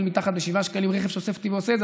בפחות מ-7 שקלים רכב שאוסף אותי ועושה את זה,